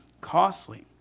costly